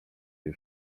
jej